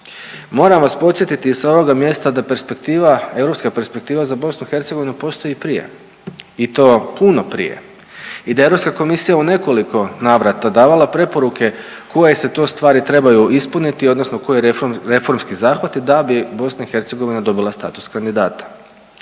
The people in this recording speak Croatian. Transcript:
Moram vas podsjeti i s ovoga mjesta da perspektiva, europska perspektiva za BiH postoji i prije i to puno prije. I da je Europska komisija u nekoliko navrata davala preporuke koje se to stvari trebaju ispuniti odnosno koji reformski zahvati da bi BiH dobila status kandidata.